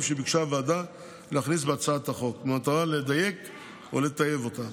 שביקשה הוועדה להכניס בהצעת החוק במטרה לדייק ולטייב אותה.